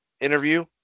interview